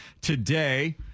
today